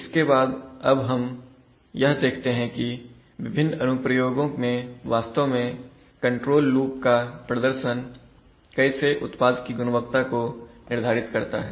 इसके बाद अब हम यह देखते हैं कि विभिन्न अनुप्रयोगों में वास्तव में कंट्रोल लूप का प्रदर्शन कैसे उत्पाद की गुणवत्ता को निर्धारित करता है